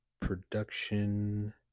production